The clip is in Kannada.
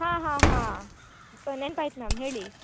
ಹಾಂ ಹಾಂ ಹಾಂ ನೆನ್ಪು ಆಯ್ತು ಮ್ಯಾಮ್ ಹೇಳಿ